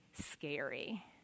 scary